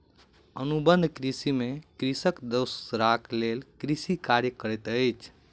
अनुबंध कृषि में कृषक दोसराक लेल कृषि कार्य करैत अछि